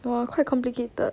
!wah! quite complicated